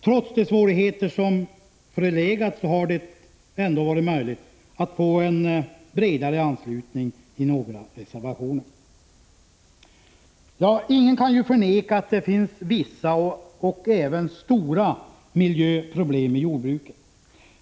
Trots de svårigheter som förelegat så har det ju varit möjligt att få en bredare anslutning i några reservationer. Ingen kan ju förneka att det finns vissa —t.o.m. stora — miljöproblem i jordbruket.